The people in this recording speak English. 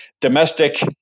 domestic